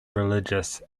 religious